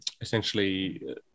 essentially